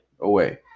away